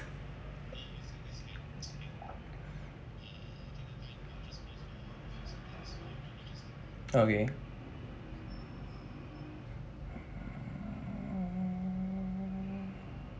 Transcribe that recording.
okay